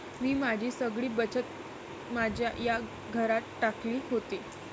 मी माझी सगळी बचत माझ्या या घरात टाकली होती